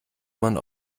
man